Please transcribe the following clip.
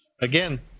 Again